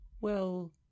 Well